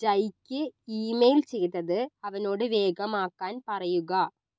ജയ്ക്ക് email ചെയ്തത് അവനോട് വേഗമാക്കാൻ പറയുക